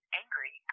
angry